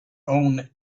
own